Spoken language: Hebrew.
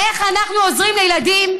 איך אנחנו עוזרים לילדים עניים?